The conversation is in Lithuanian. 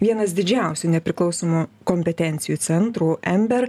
vienas didžiausių nepriklausomų kompetencijų centrų ember